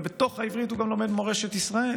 ובתוך העברית הוא גם לומד מורשת ישראל